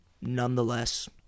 nonetheless